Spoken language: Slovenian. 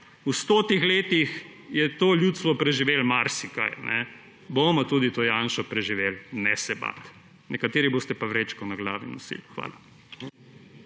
V sto letih je to ljudstvo preživelo marsikaj, bomo tudi to Janšo preživeli, ne se bati. Nekateri boste pa vrečko na glavi nosili. Hvala.